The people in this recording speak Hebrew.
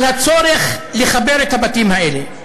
על הצורך לחבר את הבתים האלה.